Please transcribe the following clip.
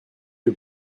les